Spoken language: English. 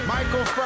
Michael